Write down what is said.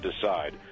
decide